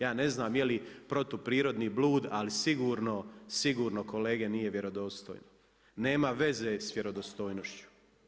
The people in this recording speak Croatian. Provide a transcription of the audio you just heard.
Ja ne znam jeli protuprirodni blud, ali sigurno, sigurno kolege nije vjerodostojno, nema veze s vjerodostojnošću.